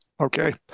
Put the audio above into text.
Okay